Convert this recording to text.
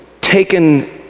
taken